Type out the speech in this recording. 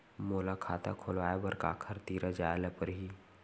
मोला खाता खोलवाय बर काखर तिरा जाय ल परही?